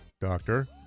Doctor